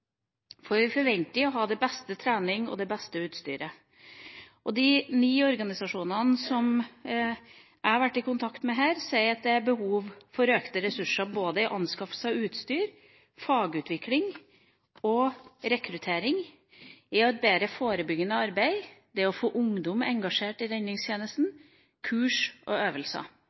for vi forventer å ha den beste treninga og det beste utstyret. De ni organisasjonene som jeg har vært i kontakt med, sier at det er behov for økte ressurser til anskaffelse av utstyr, fagutvikling og rekruttering, bedre forebyggende arbeid, å engasjere ungdom i redningstjenesten, kurs og øvelser.